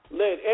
let